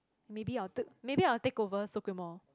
maybe I will took maybe I will take over Socremo